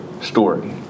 story